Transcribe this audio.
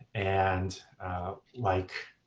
and like